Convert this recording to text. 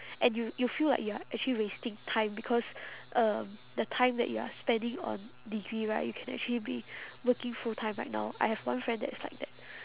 and you you feel like you're actually wasting time because um the time that you are spending on degree right you can actually be working full time right now I have one friend that is like that